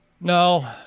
No